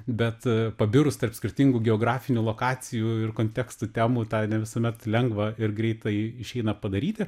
bet pabirus tarp skirtingų geografinių lokacijų ir kontekstų temų tą ne visuomet lengva ir greitai išeina padaryti